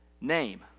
name